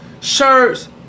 shirts